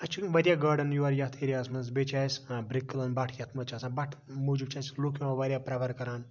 اَسہ چھِ واریاہ گاڑَن یور یتھ ایریاہَس مَنٛز بیٚیہِ چھِ اَسہِ برک کلن بٹھ یتھ مَنٛز چھِ آسان بَٹھ موٗجوب چھِ اَسہِ لُکھ واریاہ پریٚفر کَران